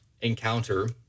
encounter